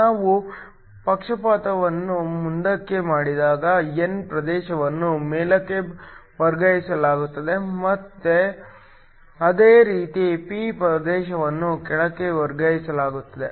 ನಾವು ಪಕ್ಷಪಾತವನ್ನು ಮುಂದಕ್ಕೆ ಮಾಡಿದಾಗ n ಪ್ರದೇಶವನ್ನು ಮೇಲಕ್ಕೆ ವರ್ಗಾಯಿಸಲಾಗುತ್ತದೆ ಮತ್ತು ಅದೇ ರೀತಿ p ಪ್ರದೇಶವನ್ನು ಕೆಳಕ್ಕೆ ವರ್ಗಾಯಿಸಲಾಗುತ್ತದೆ